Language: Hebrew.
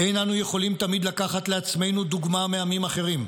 "אין אנו יכולים תמיד לקחת לעצמנו דוגמה מעמים אחרים.